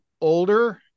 older